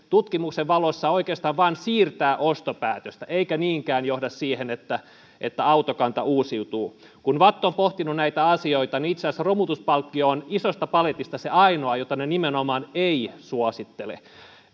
tutkimuksen valossa oikeastaan vain siirtää ostopäätöstä eikä niinkään johda siihen että että autokanta uusiutuu kun vatt on pohtinut näitä asioita niin itse asiassa romutuspalkkio on isosta paletista se ainoa jota se nimenomaan ei suosittele